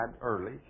early